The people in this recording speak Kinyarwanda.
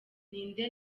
ninde